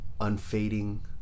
unfading